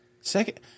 Second –